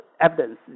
evidence